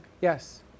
Yes